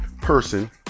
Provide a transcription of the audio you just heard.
person